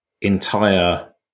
entire